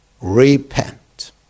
Repent